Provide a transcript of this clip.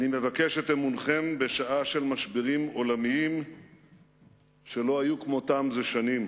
אני מבקש את אמונכם בשעה של משברים עולמיים שלא היו כמותם זה שנים,